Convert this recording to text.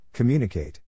Communicate